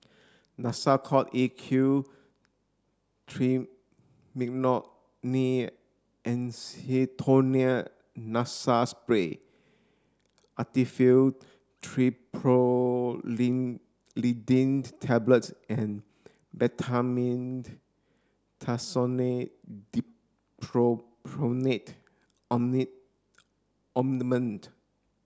Nasacort A Q Triamcinolone Acetonide Nasal Spray Actifed Tablets and Betamethasone Dipropionate Ointment